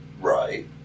right